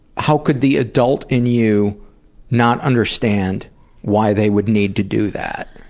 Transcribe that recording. how could the adult in you not understand why they would need to do that?